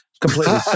completely